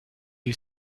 you